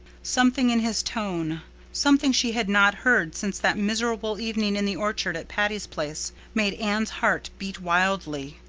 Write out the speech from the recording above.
something in his tone something she had not heard since that miserable evening in the orchard at patty's place made anne's heart beat wildly.